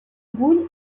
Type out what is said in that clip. gaulle